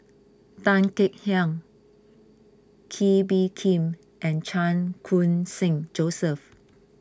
Tan Kek Hiang Kee Bee Khim and Chan Khun Sing Joseph